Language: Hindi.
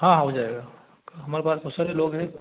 हाँ हाँ हो जाएगा हमारे पास तो सारे लोग हैं